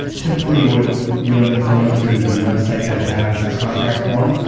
typically what you end up going to is a website that has a contact form.